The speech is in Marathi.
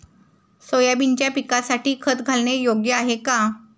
सोयाबीनच्या पिकासाठी खत घालणे योग्य आहे का?